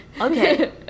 okay